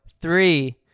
Three